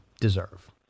deserve